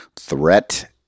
Threat